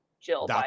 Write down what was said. Jill